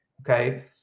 okay